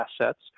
assets